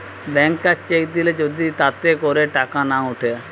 ব্যাংকার cheque দিলে যদি তাতে করে টাকা না উঠে